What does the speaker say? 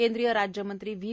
केंद्रीय राज्यमंत्री व्ही